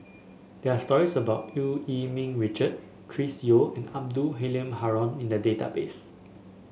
there are stories about Eu Yee Ming Richard Chris Yeo and Abdul Halim Haron in the database